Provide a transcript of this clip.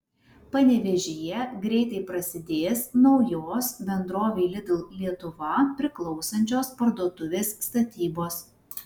panevėžyje greitai prasidės naujos bendrovei lidl lietuva priklausančios parduotuvės statybos